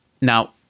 now